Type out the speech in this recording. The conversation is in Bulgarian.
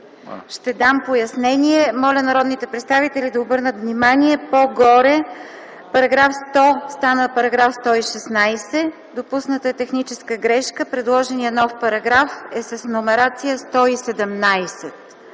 Ще дам пояснение. Моля народните представители да обърнат внимание по-горе -§ 100 стана § 116. Допусната е техническа грешка. Предложеният нов параграф е с номерация 117.